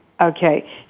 Okay